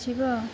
ଯିବ